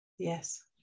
yes